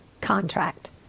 contract